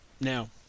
Now